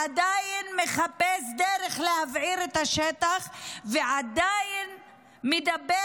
עדיין מחפש דרך להבעיר את השטח ועדיין מדבר